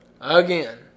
again